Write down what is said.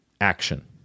action